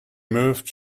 moved